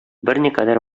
берникадәр